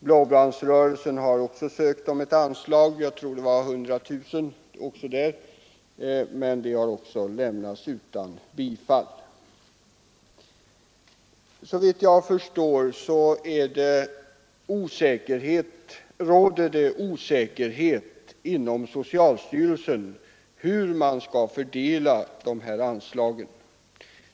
Blåbandsrörelsen har också sökt om ett anslag — jag tror att det gällde 100 000 kronor även i det fallet — vilket har lämnats utan bifall. Såvitt jag förstår råder det osäkerhet inom socialstyrelsen om hur man skall fördela dessa anslag.